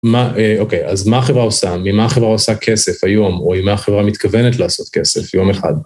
מה, אוקיי, אז מה החברה עושה, ממה החברה עושה כסף היום, או ממה החברה מתכוונת לעשות כסף יום אחד?